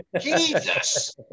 jesus